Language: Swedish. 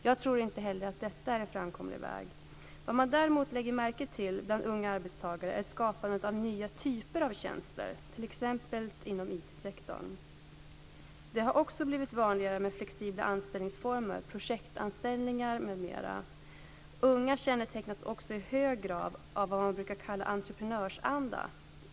Jag tror inte heller att detta är en framkomlig väg. Vad man däremot lägger märke till bland unga arbetstagare är skapande av nya typer av tjänster, t.ex. i IT-sektorn. Det har också blivit vanligare med flexibla anställningsformer, projektanställningar m.m. Unga kännetecknas också i hög grad av vad man brukar kalla entreprenörsanda.